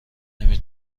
نمی